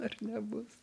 ar nebus